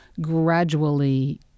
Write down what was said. gradually